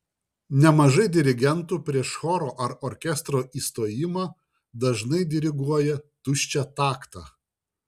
nemažai dirigentų prieš choro ar orkestro įstojimą dažnai diriguoja tuščią taktą